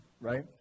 Right